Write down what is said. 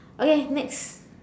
okay next